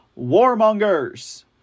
warmongers